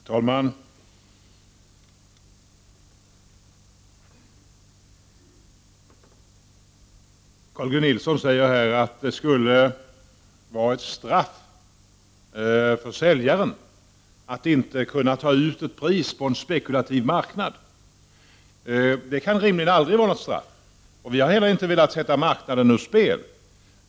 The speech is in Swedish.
Herr talman! Carl G Nilsson säger att det skulle vara ett straff för säljaren att inte kunna ta ut ett pris på en spekulativ marknad. Det kan rimligen aldrig vara något straff, och vi har heller inte velat sätta marknaden ur spel.